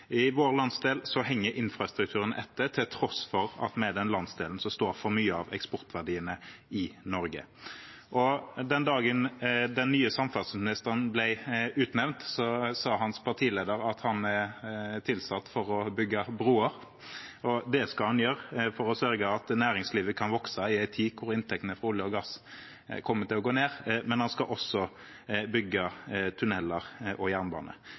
I vår landsdel henger infrastrukturen etter, til tross for at det er den landsdelen som står for mye av eksportverdiene i Norge. Den dagen den nye samferdselsministeren ble utnevnt, sa hans partileder at han er tilsatt for å bygge broer, og det skal han gjøre for å sørge for at næringslivet kan vokse i en tid da inntektene fra olje og gass kommer til å gå ned, men han skal også bygge tunneler og jernbane.